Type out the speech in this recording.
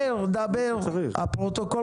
שמגדלים קיימים זה לפי איזו הגדרה?